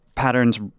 patterns